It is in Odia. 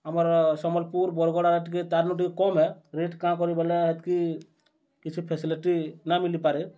ଆମର୍ ସମ୍ବଲ୍ପୁର୍ ବର୍ଗଡ଼୍ ଆଡ଼େ ଟିକେ ତାର୍ନୁ ଟିକେ କମ୍ ଏ ରେଟ୍ କାଁ କରି ବେଲେ ହେତ୍କି କିଛି ଫେସିଲିଟି ନାଇଁ ମିଲିପାରେ